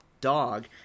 dog